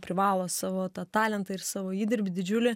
privalo savo tą talentą ir savo įdirbį didžiulį